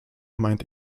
meint